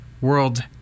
world